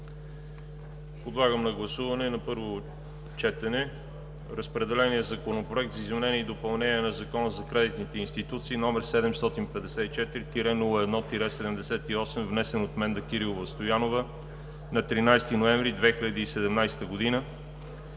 Подлагам на гласуване на първо четене разпределения Законопроект за изменение и допълнение на Закона за кредитните институции, № 754-01-78, внесен от Менда Кирилова Стоянова на 13 ноември 2017 г.